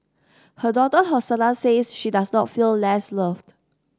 her daughter Hosanna says she does not feel less loved